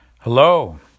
Hello